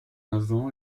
avant